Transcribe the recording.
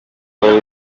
bari